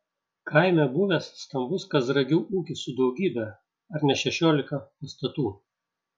kaime buvęs stambus kazragių ūkis su daugybe ar ne šešiolika pastatų